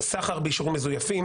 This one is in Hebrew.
סחר באישורים מזויפים,